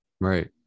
Right